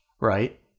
right